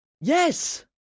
Yes